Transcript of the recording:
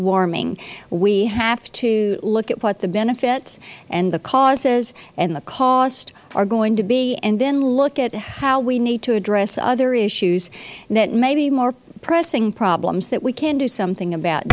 warming we have to look at what the benefits and the causes and the cost are going to be and then look at how we need to address other issues that may be more pressing problems that we can do something about